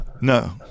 No